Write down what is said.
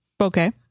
okay